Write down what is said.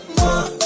more